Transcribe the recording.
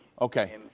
Okay